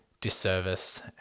disservice